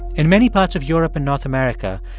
in many parts of europe and north america,